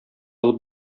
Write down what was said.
алып